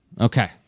okay